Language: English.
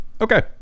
Okay